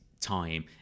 time